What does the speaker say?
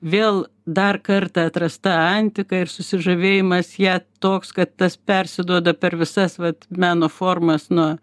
vėl dar kartą atrasta antika ir susižavėjimas ja toks kad tas persiduoda per visas vat meno formas nuo